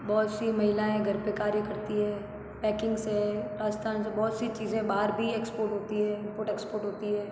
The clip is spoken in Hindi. बहुत सी महिलाएँ घर पे कार्य करती हैं पैकिंग्स हैं राजस्थान से बहुत सी चीज़ें बाहर भी एक्सपोर्ट होती हैं इम्पोर्ट एक्सपोर्ट होती हैं